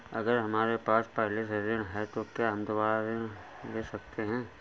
अगर हमारे पास पहले से ऋण है तो क्या हम दोबारा ऋण हैं?